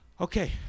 Okay